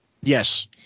Yes